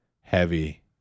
heavy